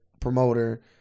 promoter